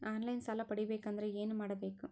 On line ಸಾಲ ಪಡಿಬೇಕಂದರ ಏನಮಾಡಬೇಕು?